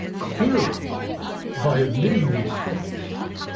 clearly by admitting your mistakes,